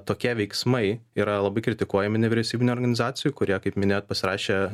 tokie veiksmai yra labai kritikuojami nevyriausybinių organizacijų kurie kaip minėjot pasirašė